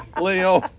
Leo